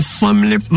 family